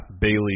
Bailey